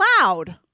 loud